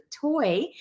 toy